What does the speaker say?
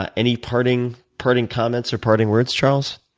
ah any parting parting comments or parting words, charles?